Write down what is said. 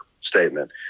statement